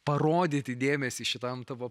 parodyti dėmesį šitam tavo